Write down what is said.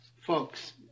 folks